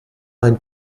ein